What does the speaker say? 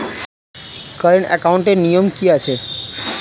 Current একাউন্টের নিয়ম কী আছে?